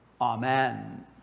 Amen